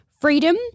freedom